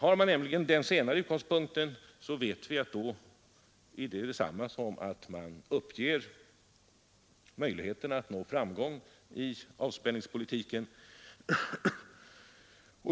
Om man har den senare utgångspunkten, uppger man möjligheterna att nå framgång i avspänningspolitiken.